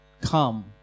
come